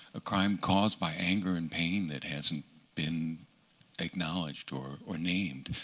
a crime caused by anger and pain that hasn't been acknowledged or or named.